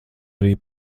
arī